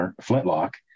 flintlock